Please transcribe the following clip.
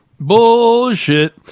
Bullshit